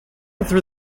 through